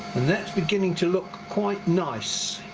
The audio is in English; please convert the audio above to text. and that's beginning to look quite nice